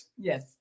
Yes